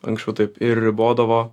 anksčiau taip ir ribodavo